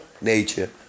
nature